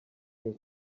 here